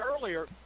earlier